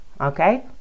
okay